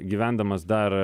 gyvendamas dar